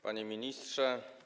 Panie Ministrze!